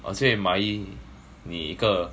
我可以买赢你一个